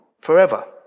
forever